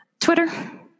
Twitter